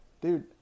dude